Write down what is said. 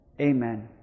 Amen